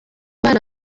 bana